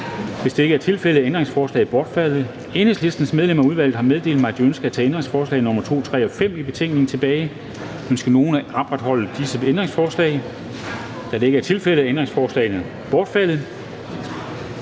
Da det ikke er tilfældet, er ændringsforslaget bortfaldet. Enhedslistens medlemmer af udvalget har meddelt mig, at de ønsker at tage ændringsforslag nr. 2, 3 og 5 i betænkningen tilbage. Ønsker nogen at opretholde disse ændringsforslag? Da det ikke er tilfældet, er ændringsforslagene bortfaldet.